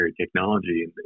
technology